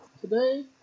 today